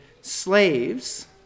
slaves